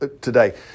today